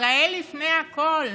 ישראל לפני הכול.